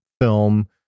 film